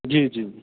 ਜੀ ਜੀ